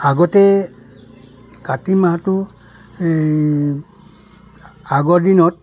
আগতে কাতি মাহটো আগৰ দিনত